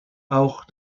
auch